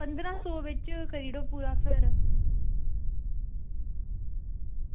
की पंदरां सौ बिच करी ओड़ो पूरा